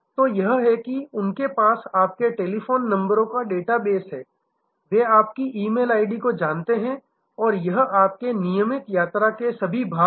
तो यह है कि उनके पास आपके टेलीफोन नंबरों का डेटा बेस है वे आपकी ई मेल आईडी जानते हैं और यह आपके नियमित यात्रा के सभी भाग हैं